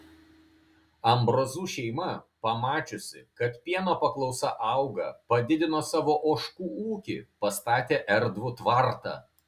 ambrozų šeima pamačiusi kad pieno paklausa auga padidino savo ožkų ūkį pastatė erdvų tvartą